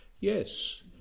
Yes